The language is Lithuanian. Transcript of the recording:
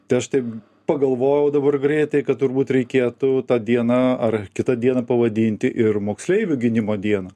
tai aš taip pagalvojau dabar greitai kad turbūt reikėtų tą dieną ar kitą dieną pavadinti ir moksleivių gynimo dieną